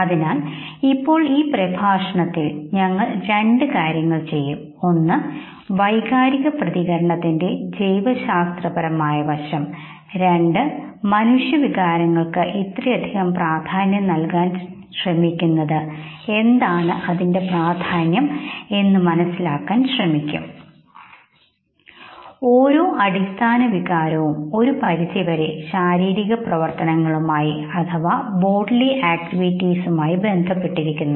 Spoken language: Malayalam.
അതിനാൽ ഇപ്പോൾ ഈ പ്രഭാഷണത്തിൽ ഞങ്ങൾ രണ്ട് കാര്യങ്ങൾ ചെയ്യും ഒന്ന് വൈകാരിക പ്രതികരണത്തിന്റെ ജൈവശാസ്ത്രപരമായ വശംരണ്ട് മനുഷ്യ വികാരങ്ങൾക്ക് ഇത്രയധികം പ്രാധാന്യം നൽകുന്നത് അതിന്റെ പ്രാധാന്യം എന്താണ് എന്ന് മനസിലാക്കാൻ നമ്മൾ ശ്രമിക്കും ഓരോ അടിസ്ഥാന വികാരവും ഒരു പരിധിവരെ ശാരീരിക പ്രവർത്തനങ്ങളുമായി ബന്ധപ്പെട്ടിരിക്കുന്നു